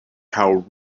how